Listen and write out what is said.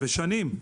ושנים.